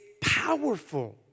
powerful